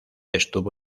estuvo